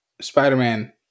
Spider-Man